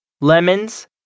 lemons